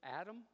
Adam